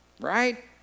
right